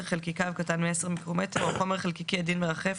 חלקיקיו קטן מ-10 מיקרומטר או חומר חלקיקי עדין מרחף